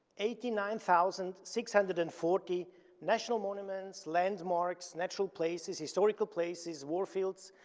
eighty nine thousand six hundred and forty national monuments, landmarks, natural places, historical places, war fields,